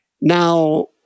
Now